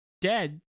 dead